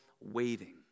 waiting